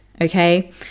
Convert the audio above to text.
okay